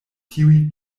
tiuj